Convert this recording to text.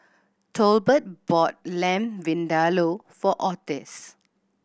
Tolbert bought Lamb Vindaloo for Otis